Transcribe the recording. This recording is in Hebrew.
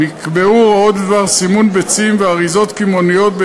נקבעו הוראות בדבר סימון ביצים ואריזות קמעוניות.